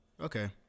Okay